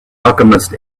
alchemist